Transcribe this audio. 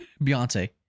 Beyonce